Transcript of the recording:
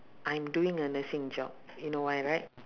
I'm doing a nursing job you know why right